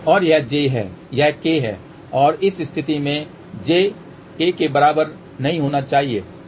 और यह j है यह k है और इस स्थिति में j k के बराबर नहीं होना चाहिए